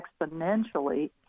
exponentially